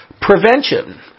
prevention